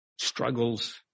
struggles